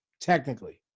technically